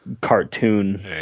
cartoon